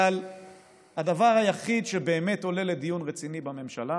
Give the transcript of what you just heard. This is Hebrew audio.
אבל הדבר היחיד שבאמת עולה לדיון רציני בממשלה